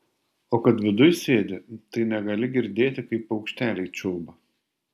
o kad viduj sėdi tai negali girdėti kaip paukšteliai čiulba